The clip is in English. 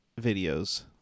videos